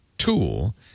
tool